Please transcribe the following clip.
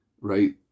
right